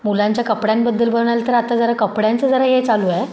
मुलांच्या कपड्यांबद्दल म्हणाल तर आता जरा कपड्यांचं जरा हे चालू आहे